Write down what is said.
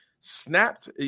snapped